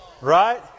right